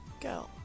go